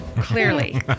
clearly